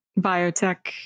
biotech